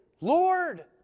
Lord